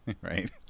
right